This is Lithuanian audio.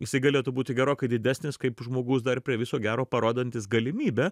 jisai galėtų būti gerokai didesnis kaip žmogus dar prie viso gero parodantis galimybę